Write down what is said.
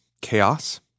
chaos